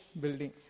building